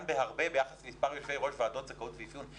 בהרבה ביחס למספר יושבי ראש ועדות זכאות ואפיון.